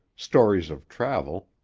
stories of travel,